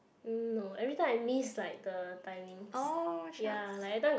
mm no every time I miss like the timings ya like every time got